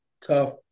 tough